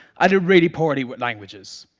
i did really poorly with languages.